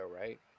right